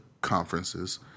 conferences